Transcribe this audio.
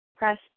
Press